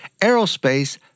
aerospace